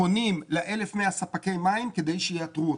אנחנו פונים ל-1,100 ספקי מים כדי שיאתרו אותם.